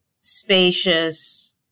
spacious